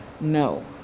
no